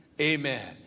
Amen